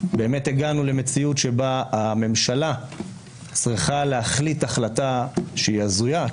באמת הגענו למציאות שבה הממשלה צריכה להחליט החלטה שהיא הזויה,